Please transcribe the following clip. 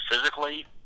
physically